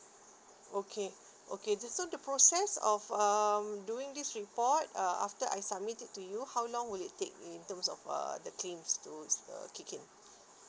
okay okay so the process of um doing this report uh after I submit it to you how long will it take in terms of uh the claims to uh kick in